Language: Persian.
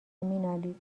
مینالید